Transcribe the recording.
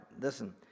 listen